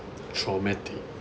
traumatic